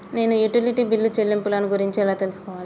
నేను utility bill చెల్లింపులను గురించి ఎలా తెలుసుకోవాలి?